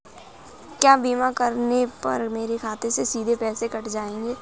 क्या बीमा करने पर मेरे खाते से सीधे पैसे कट जाएंगे?